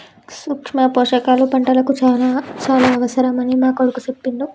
సూక్ష్మ పోషకాల పంటలకు చాల అవసరమని నా కొడుకు చెప్పిండు